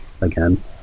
again